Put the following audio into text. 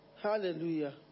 Hallelujah